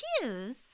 choose